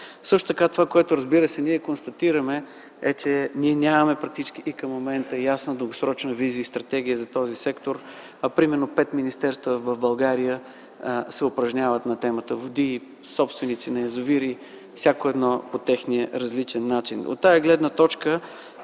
Също така, това, което, разбира се, ние констатираме е, че към момента нямаме практически ясна и дългосрочна визия и стратегия за този сектор, а например пет министерства в България се упражняват на тема води и собственици на язовири и всяко едно по техния различен начин. От тази гледна точка,